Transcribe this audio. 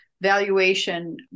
valuation